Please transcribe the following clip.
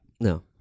No